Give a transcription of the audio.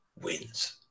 wins